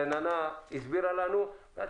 רננה הסבירה לנו.